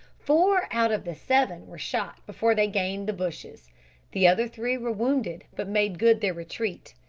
four out of the seven were shot before they gained the bushes the other three were wounded, but made good their retreat.